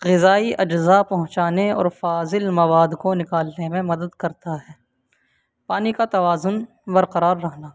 غذائی اجزا پہنچانے اور فاضل مواد کو نکالنے میں مدد کرتا ہے پانی کا توازن برقرار رہنا